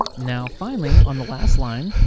now finally, on the last line,